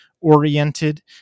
oriented